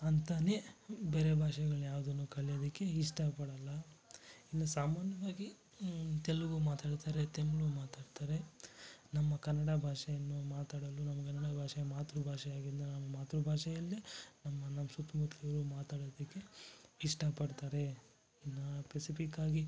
ಅಂತಲೇ ಬೇರೆ ಭಾಷೆಗಳ್ನ್ಯಾವ್ದನ್ನೂ ಕಲಿಯೋದಕ್ಕೆ ಇಷ್ಟಪಡೋಲ್ಲ ಇನ್ನು ಸಾಮಾನ್ಯವಾಗಿ ತೆಲುಗು ಮಾತಾಡ್ತಾರೆ ತಮಿಳು ಮಾತಾಡ್ತಾರೆ ನಮ್ಮ ಕನ್ನಡ ಭಾಷೆಯನ್ನು ಮಾತಾಡಲು ನಮ್ಗೆ ಹೆಮ್ಮೆ ಭಾಷೆ ಮಾತೃಭಾಷೆಯಾಗಿಂದ ನಾವು ಮಾತೃಭಾಷೆಯಲ್ಲೇ ನಮ್ಮ ನಮ್ಮ ಸುತ್ತ್ಮುತ್ಲೂ ಮಾತಾಡೋದಕ್ಕೆ ಇಷ್ಟಪಡ್ತಾರೆ ಇನ್ನೂ ಪೆಸಿಪಿಕ್ ಆಗಿ